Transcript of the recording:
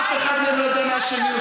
ואף אחד מהם לא יודע מה השני עושה.